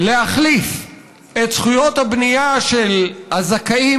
להחליף את זכויות הבנייה של הזכאים